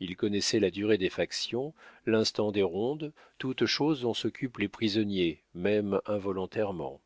il connaissait la durée des factions l'instant des rondes toutes choses dont s'occupent les prisonniers même involontairement